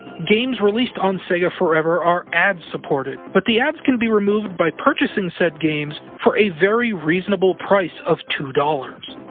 games released on sega forever are ad-supported, but the ads can be removed by purchasing said games for a very reasonable price of two dollars.